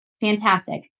Fantastic